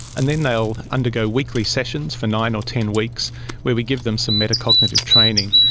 and then they will undergo weekly sessions for nine or ten weeks where we give them some metacognitive training.